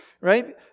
right